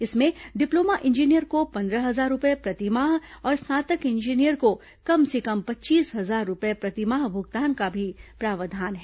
इसमें diploma engineer को पंद्रह हजार रूपये प्रतिमाह और स्नातक इंजीनियर को कम से कम पच्चीस हजार रूपये प्रतिमाह भुगतान का भी प्रावधान है